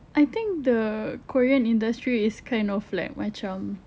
I think the korean industry is kind of like macam